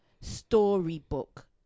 storybook